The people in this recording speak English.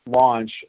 launch